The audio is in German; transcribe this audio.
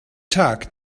tag